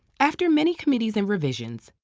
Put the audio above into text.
after many committees and revisions,